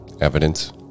evidence